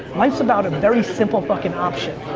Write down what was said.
life's about a very simple fucking option.